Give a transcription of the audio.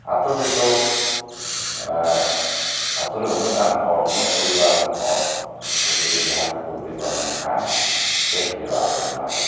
ᱟᱛᱳ ᱜᱮᱛᱚ ᱟᱛᱳ ᱨᱮ ᱩᱱᱟᱹᱜ ᱜᱟᱱ ᱦᱚᱲ ᱩᱱᱟᱹᱜ ᱯᱚᱨᱤᱵᱟᱨ ᱨᱮᱱ ᱦᱚᱲ ᱩᱱᱠᱩ ᱡᱩᱫᱤ ᱦᱮᱡᱮᱞ ᱛᱮᱠᱚ ᱤᱫᱤ ᱠᱚᱣᱟ ᱢᱮᱱᱠᱷᱟᱱ ᱪᱮᱫ ᱦᱩᱭᱩᱜᱼᱟ ᱟᱹᱛᱩ ᱨᱮᱱᱟᱜ ᱫᱚ